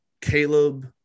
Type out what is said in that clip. Caleb